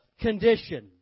condition